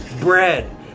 Bread